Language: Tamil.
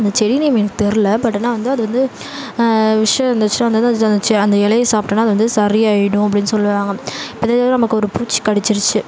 அந்த செடி நேம் எனக்கு தெரில பட் ஆனால் வந்து அது வந்து விஷம் இருந்துச்சுன்னா வந்து அந்த இலைய சாப்பிட்டன்னா அது வந்து சரி ஆகிடும் அப்படினு சொல்லுவாங்க இப்போ ஏதாவது நமக்கு ஒரு பூச்சி கடிச்சிருச்சு